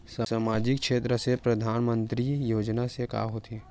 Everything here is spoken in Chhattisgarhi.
सामजिक क्षेत्र से परधानमंतरी योजना से का होथे?